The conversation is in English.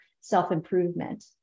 self-improvement